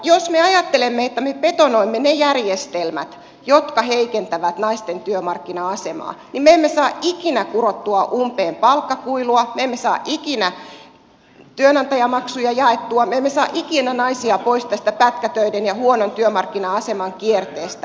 jos me ajattelemme että me betonoimme ne järjestelmät jotka heikentävät naisten työmarkkina asemaa niin me emme saa ikinä kurottua umpeen palkkakuilua me emme saa ikinä työnantajamaksuja jaettua me emme saa ikinä naisia pois tästä pätkätöiden ja huonon työmarkkina aseman kierteestä